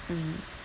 mm